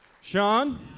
Sean